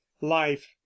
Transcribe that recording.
Life